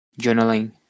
journaling